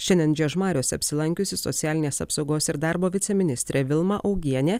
šiandien žiežmariuose apsilankiusi socialinės apsaugos ir darbo viceministrė vilma augienė